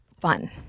fun